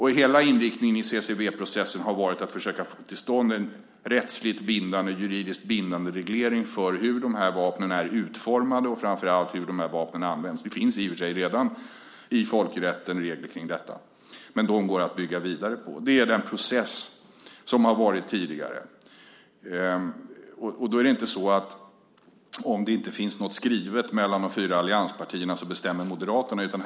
Hela inriktningen i CCW-processen har varit att försöka få till stånd en rättsligt, juridiskt, bindande reglering av hur dessa vapen är utformade och framför allt hur de används. Det finns i och för sig redan i folkrätten regler för detta, men de går att bygga vidare på. Det är den process som varit tidigare. Det är inte så att om det inte finns något skrivet mellan de fyra allianspartierna så är det Moderaterna som bestämmer.